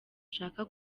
ushaka